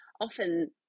Often